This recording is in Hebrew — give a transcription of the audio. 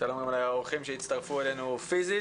שלום גם לאורחים שהצטרפו אלינו פיזית